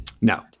No